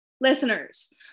listeners